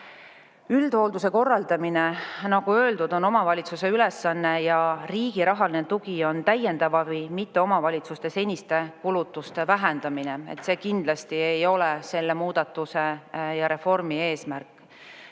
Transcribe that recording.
Üldhoolduse korraldamine, nagu öeldud, on omavalitsuse ülesanne ja riigi rahaline tugi on täiendav. Omavalitsuste seniste kulutuste vähendamine kindlasti ei ole selle muudatuse ja reformi eesmärk.